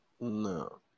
No